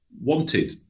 wanted